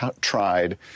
tried